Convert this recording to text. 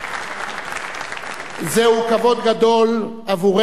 זהו כבוד גדול עבורנו לארח אותך כאן.